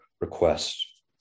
request